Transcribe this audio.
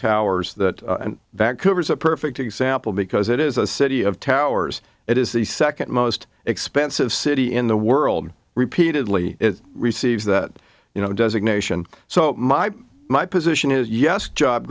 towers that baquba is a perfect example because it is a city of towers it is the second most expensive city in the world repeatedly it receives that you know designation so my my position is yes job